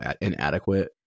inadequate